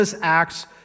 acts